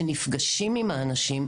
שנפגשים עם האנשים,